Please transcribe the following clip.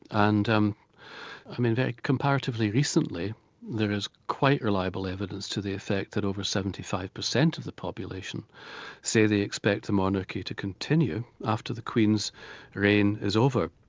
and um i mean comparatively recently there is quite reliable evidence to the effect that over seventy five percent of the population say they expect the monarchy to continue after the queen's reign is over.